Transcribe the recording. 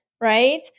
right